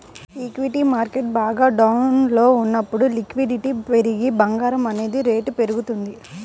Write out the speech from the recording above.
equity market బాగా డౌన్లో ఉన్నప్పుడు లిక్విడిటీ పెరిగి బంగారం అనేది రేటు పెరుగుతుంది